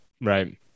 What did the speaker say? Right